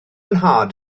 nhad